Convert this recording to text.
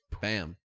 Bam